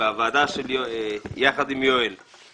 בוועדה יחד עם יואל בריס.